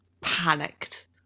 panicked